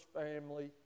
family